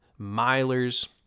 milers